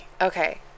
Okay